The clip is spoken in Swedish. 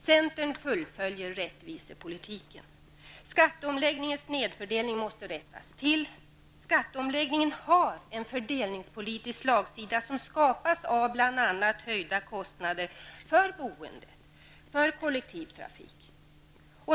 Centern fullföljer rättvisepolitiken. Skatteomläggningens snedfördelning måste rättas till. Skatteomläggningen har en fördelningspolitisk slagsida som skapas av bl.a. höjda kostnader för boende och kollektivtrafik.